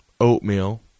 oatmeal